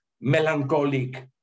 melancholic